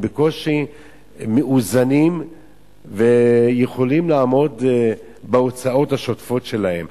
הם בקושי מאוזנים ויכולים לעמוד בהוצאות השוטפות שלהם.